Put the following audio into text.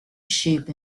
sheep